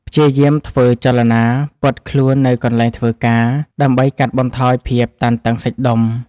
ព្យាយាមធ្វើចលនាពត់ខ្លួននៅកន្លែងធ្វើការ ដើម្បីកាត់បន្ថយភាពតានតឹងសាច់ដុំ។